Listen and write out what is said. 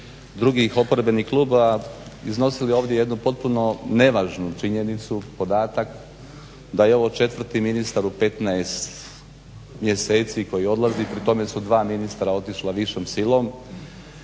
drugih oporbenih klubova iznosili ovdje jednu potpuno nevažnu činjenicu, podatak da je ovo 4.ministar u 15 mjeseci koji odlazi pri tome su dva ministra otišla višom silom